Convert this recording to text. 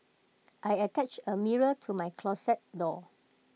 I attached A mirror to my closet door